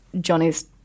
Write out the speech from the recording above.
Johnny's